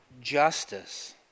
justice